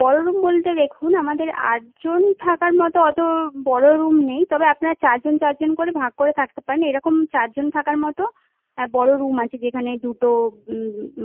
বড় রুম বলতে দেখুন আমাদের আটজন থাকার মতো অত বড় রুম নেই তবে আপনারা চার জন চার জন করে ভাগ করে থাকতে পারেন এরকম চারজন থাকার মতো বড় রুম আছে যেখানে দুটো